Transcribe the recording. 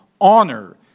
honor